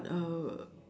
uh